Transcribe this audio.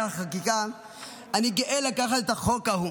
החקיקה אני גאה לקחת את החוק ההוא